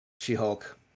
She-Hulk